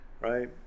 right